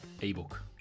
ebook